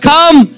Come